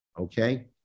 okay